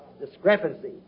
Discrepancy